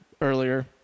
earlier